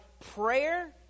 prayer